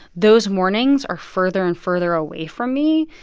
those mornings are further and further away from me.